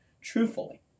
truthfully